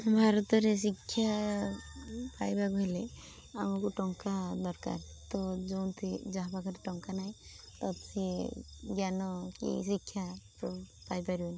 ଭାରତରେ ଶିକ୍ଷା ପାଇବାକୁ ହେଲେ ଆମକୁ ଟଙ୍କା ଦରକାର ତ ଯେଉଁଥି ଯାହା ପାଖରେ ଟଙ୍କା ନାହିଁ ତ ସିଏ ଜ୍ଞାନ କି ଶିକ୍ଷା ପାଇପାରିବନି